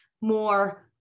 more